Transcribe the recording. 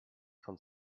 von